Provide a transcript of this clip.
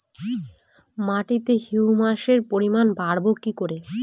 মাটিতে হিউমাসের পরিমাণ বারবো কি করে?